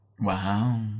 Wow